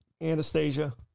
Anastasia